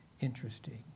Interesting